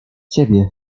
ciebie